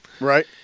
Right